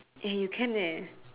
you can